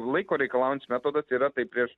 laiko reikalaujantis metodas yra tai prieš